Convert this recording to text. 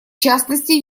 частности